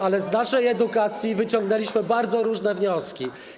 ale z naszej edukacji wyciągnęliśmy bardzo różne wnioski.